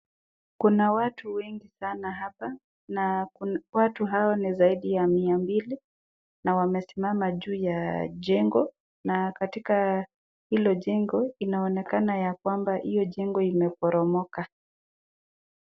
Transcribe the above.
Kuna watu wengi sana hapa, na watu hawa ni zaidi ya mia mbili na wamesimama juu ya jengo, na katika hilo jengo inaonekana ya kwamba hiyo jengo imeporomoka.